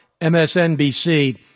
MSNBC